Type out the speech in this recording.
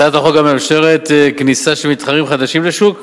הצעת החוק גם מאפשרת כניסה של מתחרים חדשים לשוק.